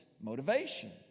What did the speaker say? motivation